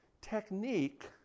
technique